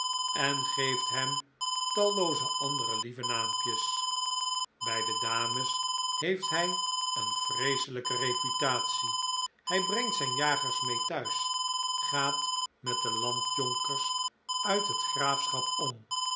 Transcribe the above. en geeft hem tallooze andere lieve naampjes bij de dames heeft hij een vreeselijke reputatie hij brengt zijn jagers mee thuis gaat met de landjonkers uit het graafschap om